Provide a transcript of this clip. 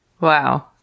wow